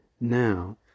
now